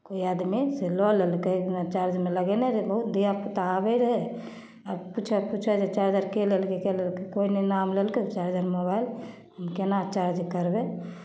कोइ आदमी से लऽ लेलकै एकदिना चार्जमे लगेने रहै बहुत धिआपुता आबै रहै आ पूछय पूछय जे चार्जर के लेलकै के लेलकै कोइ नहि नाम लेलकै ओ चार्जर मोबाइल केना चार्ज करबै